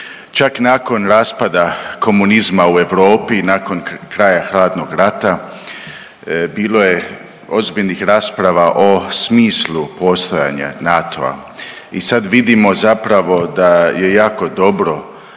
Čak nakon raspada komunizma u Europi i nakon kraja hladnog rata bilo je ozbiljnih rasprava o smislu postojanja NATO-a i sad vidimo zapravo da je jako dobro